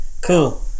Cool